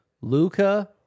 Luca